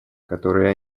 которые